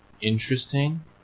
interesting